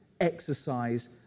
exercise